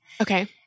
Okay